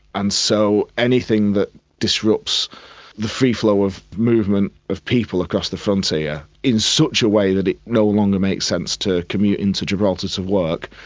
and so anything that disrupts the free flow of movement of people across the frontier in such a way that it no longer makes sense to commute into gibraltar to work,